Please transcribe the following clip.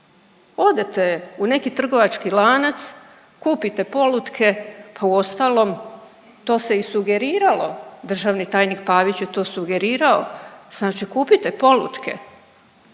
Odete u neki trgovački lanac, kupite polutke pa uostalom to se i sugeriralo, državni tajnik Pavić je to sugerirao, znači kupite polutke